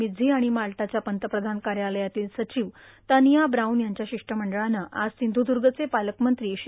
मिझ्झी आणिमाल्टाच्या पंतप्रधान कायालयातील र्साचव र्तानया ब्राऊन यांच्या शिष्टमंडळानं आज सिंधुद्गचे पालक मंत्री श्री